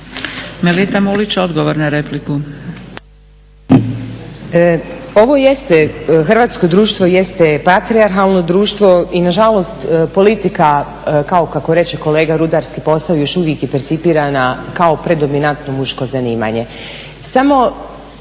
Melita Mulić, odgovor na repliku. **Mulić, Melita (SDP)** Hrvatsko društvo jeste patrijarhalno društvo i nažalost politika kao kako reče kolega rudarski posao, još uvijek je percipirana kao predominantno muško zanimanje.